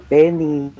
Penny